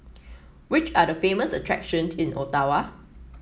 which are the famous attractions in Ottawa